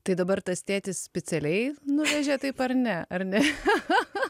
tai dabar tas tėtis specialiai nuvežė taip ar ne ar ne cha cha cha